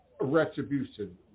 retribution